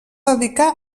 dedicar